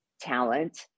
talent